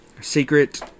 secret